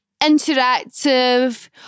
interactive